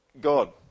God